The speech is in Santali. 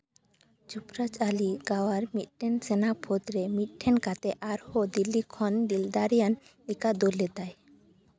ᱡᱩᱵᱚᱨᱟᱡᱽ ᱟᱞᱤ ᱜᱟᱣᱦᱟᱨ ᱢᱤᱫᱴᱮᱱ ᱥᱮᱱᱟ ᱯᱷᱟᱹᱫ ᱨᱮ ᱢᱤᱫᱴᱷᱮᱱ ᱠᱟᱛᱮ ᱟᱨᱦᱚᱸ ᱫᱤᱞᱞᱤ ᱠᱷᱚᱱ ᱫᱤᱞᱼᱫᱟᱨᱮᱭᱟᱱ ᱮᱠᱟᱭ ᱫᱟᱹᱲ ᱞᱮᱫᱟᱭ